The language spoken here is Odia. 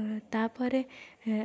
ଉଁ ତା'ପରେ ଏଁ